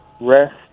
rest